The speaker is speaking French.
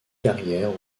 carrière